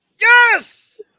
Yes